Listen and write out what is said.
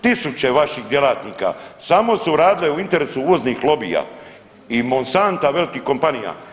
Tisuće vaših djelatnika samo su radile u interesu uvoznih lobija i Monsanta velikih kompanija.